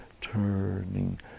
turning